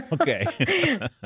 Okay